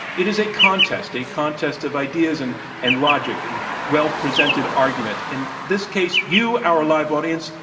it is a contest, a contest of ideas and and logic and well-presented arguments. in this case, you, our live audience,